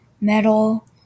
metal